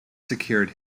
secured